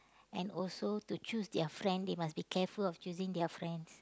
and also to choose their friend they must be careful of choosing their friends